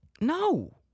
no